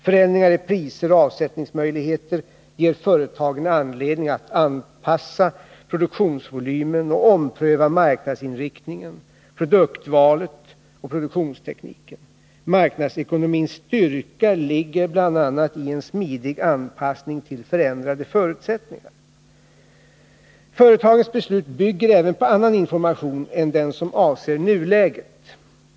Förändringar i priser och avsättningsmöjligheter ger företagen anledning att anpassa produktionsvolymen och ompröva marknadsinriktningen, produktvalet och produktionstekniken. Marknadsekonomins styrka ligger bl.a. i en smidig anpassning till förändrade förutsättningar. Företagens beslut bygger även på annan information än den som avser nuläget.